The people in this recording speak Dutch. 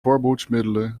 voorbehoedsmiddelen